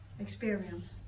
experience